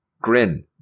Grin